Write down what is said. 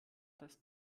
das